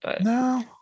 No